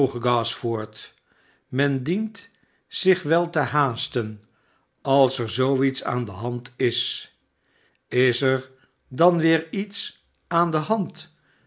gashford men dient zich wel tehaasten vl s j p v ts an de and is is dan weeriets aan de hand